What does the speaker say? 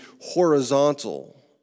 horizontal